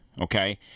Okay